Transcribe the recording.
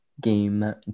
game